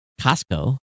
Costco